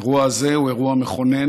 האירוע הזה הוא אירוע מכונן,